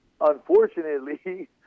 unfortunately